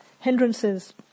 hindrances